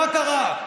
מה קרה?